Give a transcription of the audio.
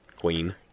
Queen